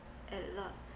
at lot